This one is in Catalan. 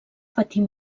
patir